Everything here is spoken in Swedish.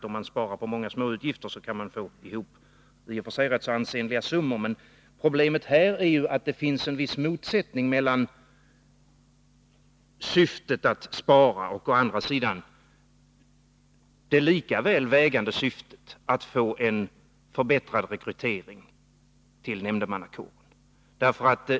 Om man sparar på många småutgifter, kan man få ihop i och för sig rätt ansenliga summor. Men problemet här är ju att det finns en viss motsättning mellan å ena sidan syftet att spara och å andra sidan det lika tungt vägande syftet att få en förbättrad rekrytering till nämndemannakåren.